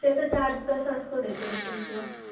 त्याचा चार्ज कसं असतो डेकोरेशनचं